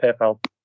PayPal